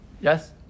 Yes